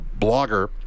blogger